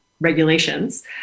regulations